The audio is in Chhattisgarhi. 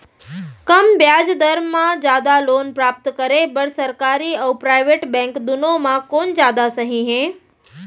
कम ब्याज दर मा जादा लोन प्राप्त करे बर, सरकारी अऊ प्राइवेट बैंक दुनो मा कोन जादा सही हे?